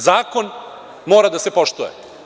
Zakon mora da se poštuje.